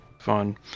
fun